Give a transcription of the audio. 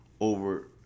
over